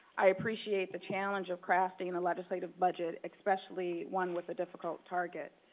i appreciate the challenge of crafting and a legislative budget especially one with a difficult target.